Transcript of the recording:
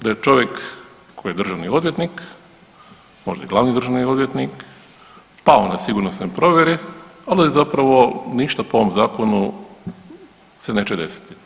Da je čovjek koji je državni odvjetnik, možda i glavni državni odvjetnik pao na sigurnosnoj provjeri, ali zapravo ništa po ovom Zakonu se neće desiti.